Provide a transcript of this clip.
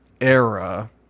era